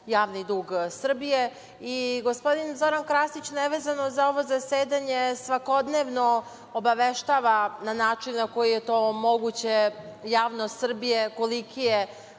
javni dug Srbije. Gospodin Zoran Krasić, nevezano za ovo zasedanje, svakodnevno obaveštava, na način na koji je to moguće, javnost Srbije koliki je,